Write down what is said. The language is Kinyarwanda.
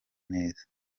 neza